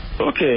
Okay